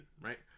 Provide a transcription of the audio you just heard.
right